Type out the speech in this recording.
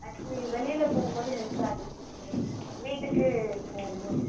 actually வெளியில் போகும்போது miss ஆகிடுச்சு சார் வீட்டுக்கு போகும் போது